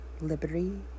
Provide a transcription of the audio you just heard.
Liberty